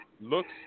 looks